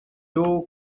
doors